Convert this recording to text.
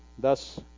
thus